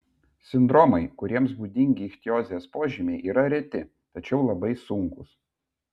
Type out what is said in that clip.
sindromai kuriems būdingi ichtiozės požymiai yra reti tačiau labai sunkūs